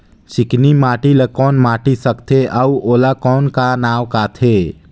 चिकनी माटी ला कौन माटी सकथे अउ ओला कौन का नाव काथे?